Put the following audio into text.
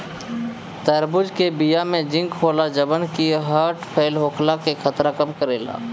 तरबूज के बिया में जिंक होला जवन की हर्ट फेल होखला के खतरा कम करेला